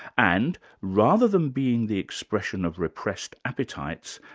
and rather than being the expression of repressed appetites,